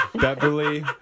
Beverly